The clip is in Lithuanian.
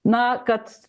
na kad